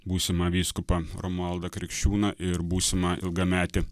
būsimą vyskupą romualdą krikščiūną ir būsimą ilgametį